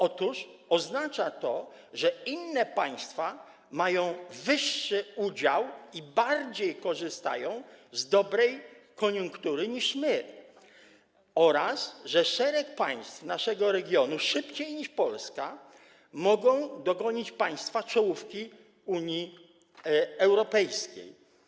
Otóż oznacza to, że inne państwa mają wyższy udział i bardziej korzystają z dobrej koniunktury niż my oraz że szereg państw naszego regionu może szybciej niż Polska dogonić państwa czołówki Unii Europejskiej.